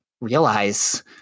realize